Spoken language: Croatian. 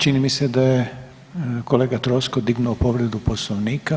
Čini mi se da je kolega Troskot dignuo povredu Poslovnika.